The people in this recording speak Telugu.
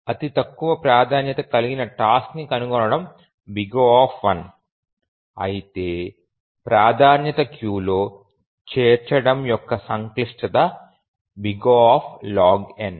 అతి తక్కువ ప్రాధాన్యత కలిగిన టాస్క్ ని కనుగొనడం O అయితే ప్రాధాన్యతా క్యూలో చేర్చడం యొక్క సంక్లిష్టత O